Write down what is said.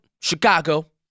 Chicago